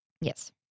Yes